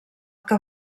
que